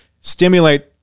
stimulate